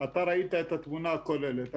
אתה ראית את התמונה הכוללת.